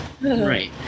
right